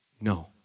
No